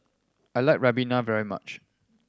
I like ribena very much